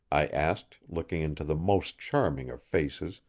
i asked, looking into the most charming of faces,